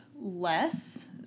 less